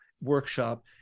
workshop